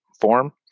form